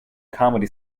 comedy